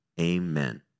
amen